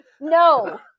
No